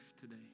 today